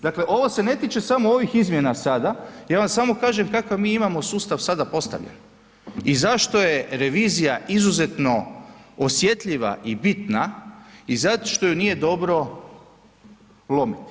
Dakle, ovo se ne tiče samo ovih izmjena sada, ja vam samo kažem kakav mi imamo sustav sada postavljen i zašto je revizija izuzetno osjetljiva i bitna i zašto ju nije dobro lomiti.